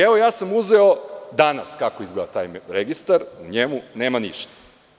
Evo, ja sam uzeo danas kako izgleda taj registar i u njemu nema ništa.